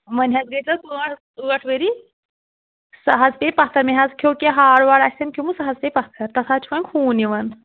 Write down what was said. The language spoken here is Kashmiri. وۅنۍ حظ گٔے تَتھ ٲٹھ ٲٹھ ؤری سُہ حظ پیٚیہِ پَتھَر مےٚ حظ کھیٚو کیٚنٛہہ ہاڈ واڈ آسیٚم کھیٚومُت سُہ حظ پیٚیہِ پَتھَر تَتھ حظ چھِ وۅنۍ خوٗن یِوان